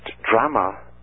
drama